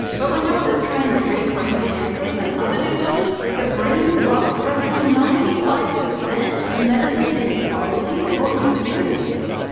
but when doctors try and treat brain cancers and other disorders, the brain blocks roughly ninety five percent of medicine taken orally or intravenously.